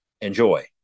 Enjoy